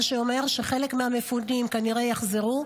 מה שאומר שחלק מהמפונים כנראה יחזרו.